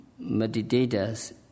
meditators